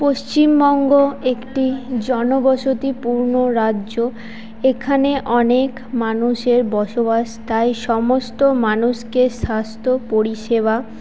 পশ্চিমবঙ্গ একটি জনবসতিপূর্ণ রাজ্য এখানে অনেক মানুষের বসবাস তাই সমস্ত মানুষকে স্বাস্থ্য পরিষেবা